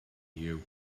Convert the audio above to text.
you